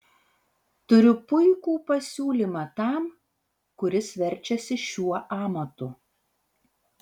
turiu puikų pasiūlymą tam kuris verčiasi šiuo amatu